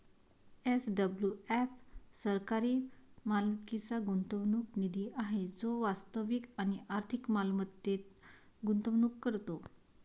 SWF सरकारी मालकीचा गुंतवणूक निधी आहे जो वास्तविक आणि आर्थिक मालमत्तेत गुंतवणूक करतो